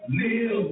live